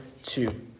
Two